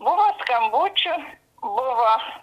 buvo skambučių buvo